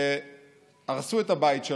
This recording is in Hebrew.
הרסו את הבית,